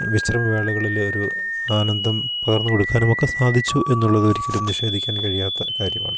വിശ്രമ വേളകളിലൊരു ആനന്ദം പകർന്നു കൊടുക്കാനുമൊക്കെ സാധിച്ചു എന്നുള്ളതൊരിക്കലും നിഷേധിക്കാൻ കഴിയാത്ത കാര്യമാണ്